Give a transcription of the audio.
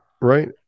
right